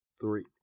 three